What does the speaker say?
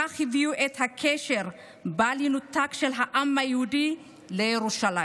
בכך הם הביעו קשר בל יינתק של העם היהודי לירושלים.